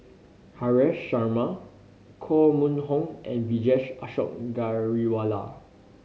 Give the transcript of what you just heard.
Haresh Sharma Koh Mun Hong and Vijesh Ashok Ghariwala